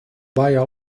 via